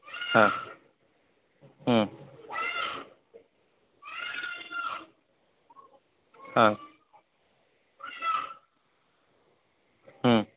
হ্যাঁ হুম হ্যাঁ হুম